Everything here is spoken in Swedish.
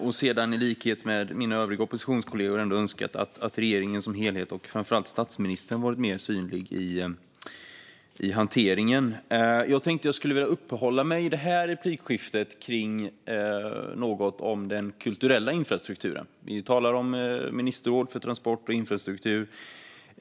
Sedan hade jag, i likhet med mina övriga oppositionskollegor, ändå önskat att regeringen som helhet och framför allt statsministern varit mer synlig i hanteringen. Jag skulle i detta replikskifte vilja uppehålla mig något vid den kulturella infrastrukturen. Vi talar om ministerråd för transport och infrastruktur.